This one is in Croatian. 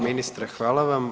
Ministre, hvala vam.